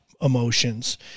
emotions